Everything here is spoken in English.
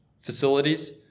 facilities